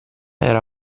era